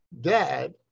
dad